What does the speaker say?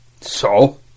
So